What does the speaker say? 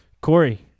Corey